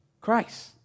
Christ